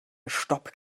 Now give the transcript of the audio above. stopp